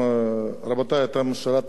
רבותי, אתם שירתתם בצבא פה?